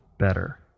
better